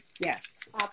Yes